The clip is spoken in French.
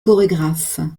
chorégraphe